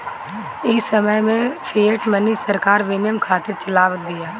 इ समय में फ़िएट मनी सरकार विनिमय खातिर चलावत बिया